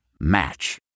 Match